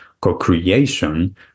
co-creation